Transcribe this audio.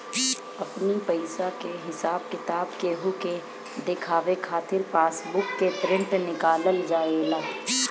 अपनी पईसा के हिसाब किताब केहू के देखावे खातिर पासबुक के प्रिंट निकालल जाएला